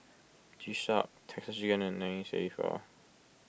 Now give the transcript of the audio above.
G Shock Texas U and nine three four